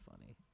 funny